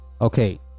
okay